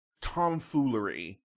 tomfoolery